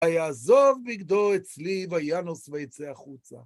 ויעזוב בגדו אצלי וינוס ויצא החוצה.